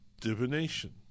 divination